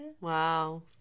wow